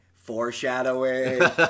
foreshadowing